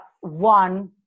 one